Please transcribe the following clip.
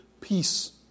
peace